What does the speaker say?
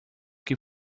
que